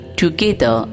together